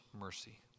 mercy